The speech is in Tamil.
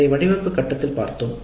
இதை வடிவமைப்பு கட்டத்தில் செய்கிறோம்